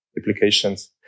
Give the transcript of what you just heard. applications